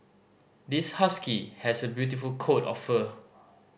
this husky has a beautiful coat of fur